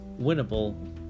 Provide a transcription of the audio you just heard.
winnable